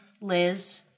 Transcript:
Liz